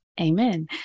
amen